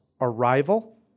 Arrival